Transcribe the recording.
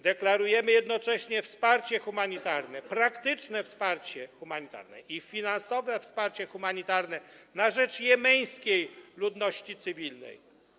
Deklarujemy jednocześnie wsparcie humanitarne, praktyczne wsparcie humanitarne i finansowe wsparcie humanitarne, na rzecz jemeńskiej ludności cywilnej.